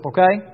Okay